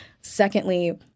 Secondly